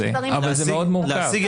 אבל זה מאוד מורכב.